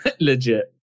legit